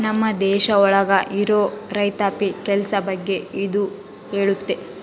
ನಮ್ ದೇಶ ಒಳಗ ಇರೋ ರೈತಾಪಿ ಕೆಲ್ಸ ಬಗ್ಗೆ ಇದು ಹೇಳುತ್ತೆ